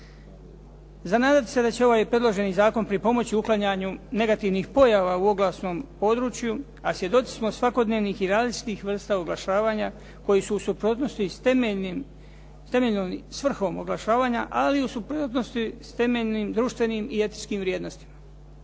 Za nadati se je da će ovaj predloženi zakon pripomoći uklanjanju negativnih pojava u oglasnom području, a svjedoci smo svakodnevnih i različitih vrsta oglašavanja koji su u suprotnosti i s temeljnom svrhom oglašavanja, ali u suprotnosti s temeljnim, društvenim i etičkim vrijednostima.